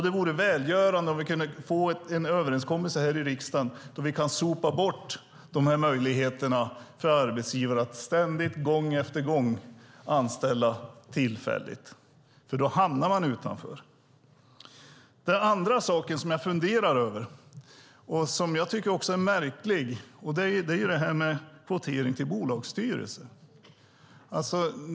Det vore välgörande om vi kunde få en överenskommelse i riksdagen och sopa bort möjligheten för arbetsgivare att ständigt, gång efter gång, anställa tillfälligt. En annan sak är kvotering till bolagsstyrelser.